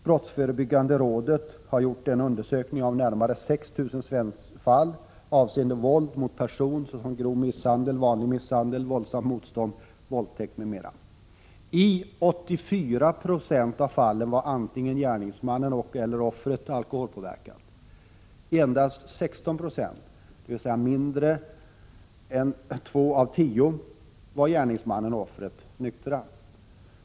Brottsförebyggande rådet har gjort en undersökning av närmare 6 000 fall avseende våld mot person såsom grov misshandel, vanlig misshandel, våldsamt motstånd, våldtäkt m.m. I 84 96 av fallen var antingen gärningsmannen eller offret — eller båda — alkoholpåverkade. I endast 16 96 — dvs. mindre än 2 av 10 - var gärningsmannen och offret nyktra.